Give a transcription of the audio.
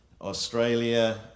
Australia